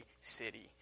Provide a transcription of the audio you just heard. city